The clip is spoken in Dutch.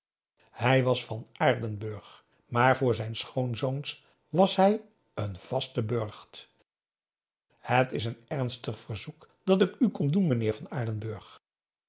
hij was van aardenburg maar voor zijn schoonzoons was hij een vaste burght het is een ernstig verzoek dat ik u kom doen meneer van aardenburg